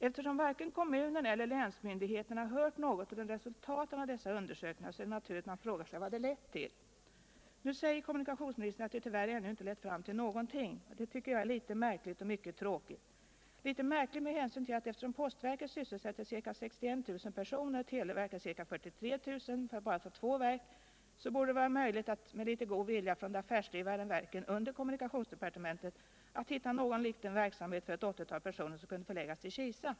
Eftersom varken kommunen eller länsmyndigheterna hön något om resultaten av dessa undersökningar är det naturligt att man frågar sig vad de lett ull. Nu säger kommunikationsministern att de tyvärr ännu inte lett fram ull någonting. Det tycker jag är litet märkligt och mycket tråkigt. Litet mirkligt är det med hänsyn till att eftersom postverket sysselsätter ca 61 600 personer och televerket ca 43 600 — för att bara tå två verk som exempel — borde det vil med litet god vilja hos de affärsdrivande verken under kommunikationsdepartementet vara möjligt att hitta någon liten verksamhet för ett 80-tal personer som kunde förläggas ull Kisa.